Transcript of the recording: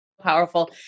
powerful